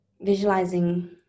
visualizing